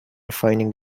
finding